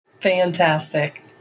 Fantastic